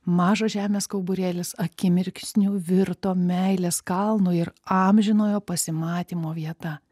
mažas žemės kauburėlis akimirksniu virto meilės kalnu ir amžinojo pasimatymo vieta